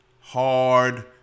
hard